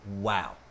Wow